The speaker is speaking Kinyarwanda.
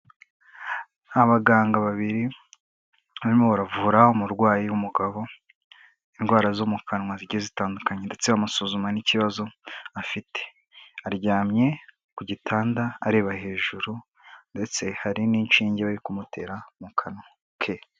Abaganga babiri barimo baravura umurwayi w'umugabo indwara zo mu kanwa zigiye zitandukanye ndetse amusuzuma n'ikibazo afite, aryamye ku gitanda areba hejuru ndetse hari n'inshinge bari kumutera mu kanwa ke.